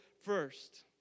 first